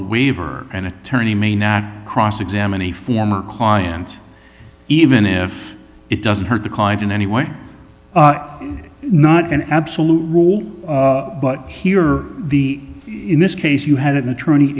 waiver an attorney may not cross examine a former client even if it doesn't hurt the client in any way not an absolute rule but here the in this case you had an attorney